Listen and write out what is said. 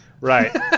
right